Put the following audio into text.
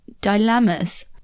dilemmas